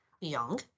Young